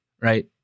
right